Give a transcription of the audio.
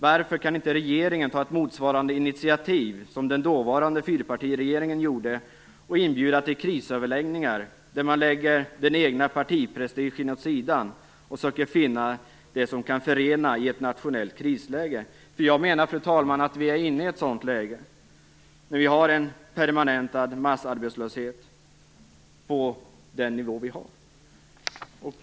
Varför kan inte regeringen ta ett motsvarande initiativ som den dåvarande fyrpartiregeringen gjorde och inbjuda till krisöverläggningar, där man lägger den egna partiprestigen åt sidan och söker finna det som kan förena i ett nationellt krisläge? Jag menar att vi är inne i ett sådant läge, fru talman, när vi har en permanentad massarbetslöshet på den nivå vi har.